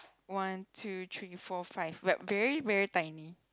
one two three four five but very very tiny